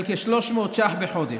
כ-300 ש"ח בחודש,